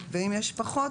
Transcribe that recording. זה משהו אחר.